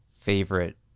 favorite